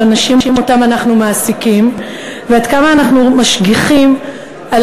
אנשים שאנחנו מעסיקים ועד כמה אנחנו משגיחים על